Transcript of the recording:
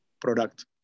product